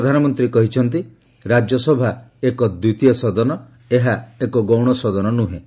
ପ୍ରଧାନମନ୍ତ୍ରୀ କହିଛନ୍ତି ରାଜ୍ୟସଭା ଏକ ଦ୍ୱିତୀୟ ସଦନ ଏହା ଏକ ଗୌଣ ସଦନ ନୁହେଁ